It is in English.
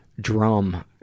drum